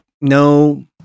no